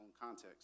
context